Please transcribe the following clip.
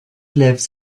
lives